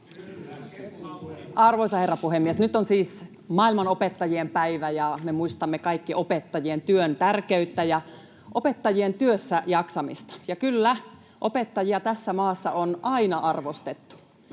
Arvoisa herra puhemies! Nyt on siis maailman opettajien päivä, ja me muistamme kaikki opettajien työn tärkeyttä ja opettajien työssäjaksamista. Ja kyllä, tässä maassa on aina arvostettu